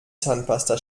zahnpasta